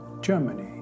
Germany